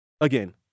Again